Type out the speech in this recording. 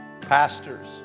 pastors